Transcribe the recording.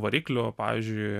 variklių pavyzdžiui